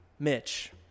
Mitch